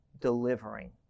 delivering